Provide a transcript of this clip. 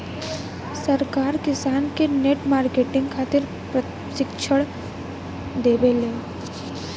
सरकार किसान के नेट मार्केटिंग खातिर प्रक्षिक्षण देबेले?